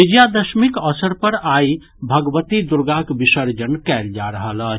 विजयादशमीक अवसर पर आइ भगवती दुर्गाक विसर्जन कयल जा रहल अछि